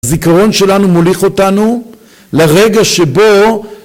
זיכרון שלנו מוליך אותנו לרגע שבו